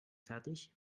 fertig